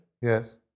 Yes